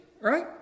Right